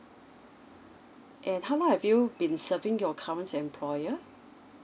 and how long have you been serving your current employer